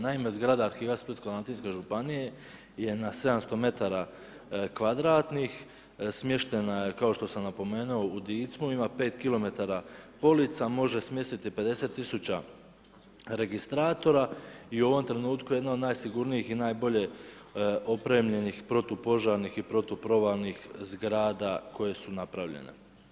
Naime, zgrada arhiva Splitsko-dalmatinske županije je na 700 m2, smještena je kao što sam napomenuo u Dicmu, ima 5 km polica, može smjestiti 50 000 registratora i u ovom trenutku jedna od najsigurnijih i najbolje opremljenih protupožarnih i protuprovalnih zgrada koje su napravljene.